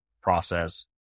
process